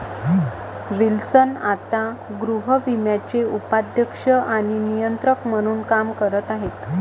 Wilson आता गृहविम्याचे उपाध्यक्ष आणि नियंत्रक म्हणून काम करत आहेत